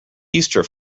easter